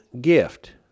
gift